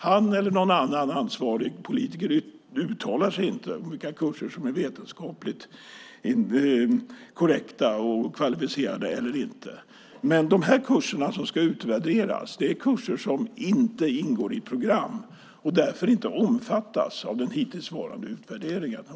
Han eller någon annan ansvarig politiker uttalar sig inte om vilka kurser som är vetenskapligt korrekta och kvalificerade eller inte. De kurser som ska utvärderas ingår inte i program och omfattas därför inte av den hittillsvarande utvärderingen.